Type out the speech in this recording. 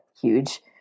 huge